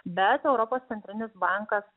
bet europos centrinis bankas